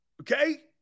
Okay